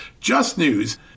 JustNews